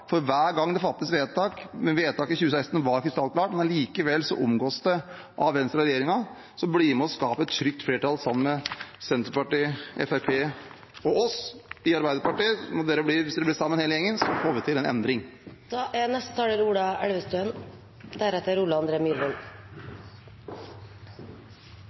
for vedtaket i 2016 var krystallklart, men likevel omgås det av Venstre og regjeringen. Så til Arbeiderpartiet: Bli med og skap et trygt flertall sammen med Senterpartiet og Fremskrittspartiet – oss. Hvis dere blir med hele gjengen, får vi til en endring. Først og fremst vil jeg si at det kan godt hende det er